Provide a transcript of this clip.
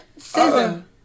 Scissor